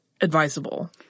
advisable